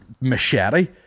machete